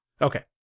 Okay